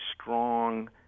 strong